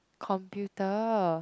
computer